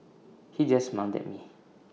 he just smiled at me